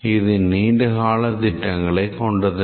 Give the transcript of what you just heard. இது நீண்டகால திட்டங்களை கொண்டதில்லை